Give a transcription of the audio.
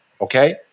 okay